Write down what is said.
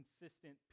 consistent